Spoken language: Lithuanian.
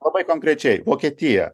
labai konkrečiai vokietija